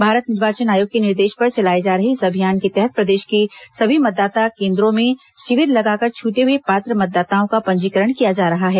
भारत निर्वाचन आयोग के निर्देश पर चलाए जा रहे इस अभियान के तहत प्रदेश के सभी मतदाता केन्द्रों में शिविर शिविर लगाकर छूटे हुए पात्र मतदाताओं का पंजीकरण किया जा रहा है